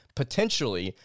potentially